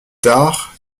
tard